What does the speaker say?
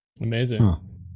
Amazing